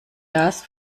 das